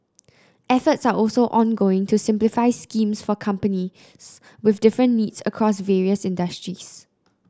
efforts are also ongoing to simplify schemes for companies with different needs across various industries